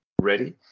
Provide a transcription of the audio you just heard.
ready